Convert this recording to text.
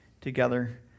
together